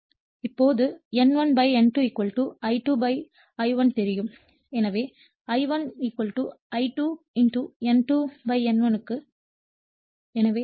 இப்போது N1 N2 I2 I1 தெரியும் எனவே I1 I2 N2 N1 க்கு